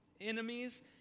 enemies